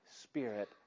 spirit